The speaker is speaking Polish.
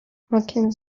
makiem